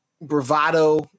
bravado